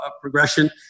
progression